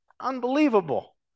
unbelievable